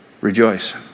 Rejoice